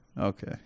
Okay